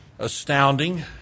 Astounding